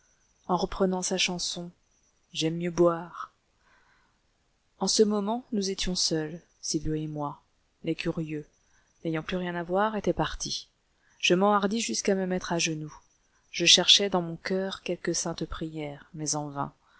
en reprenant sa chanson j'aime mieux boire en ce moment nous étions seuls sylvio et moi les curieux n'ayant plus rien à voir étaient partis je m'enhardis jusqu'à me mettre à genoux je cherchai dans mon coeur quelque sainte prière mais en vain